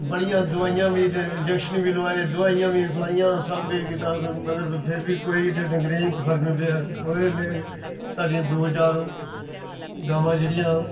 बड़ियां दोआइयां बी ते जंक्शन बी लोआए दोआइयां बी खलाइयां सब किश कीता मगर फिर बी कोई डंगरें गी कोई फर्क नेईं पेआ ओह्दे ने साढ़ियां दो चार गवां जेह्ड़ियां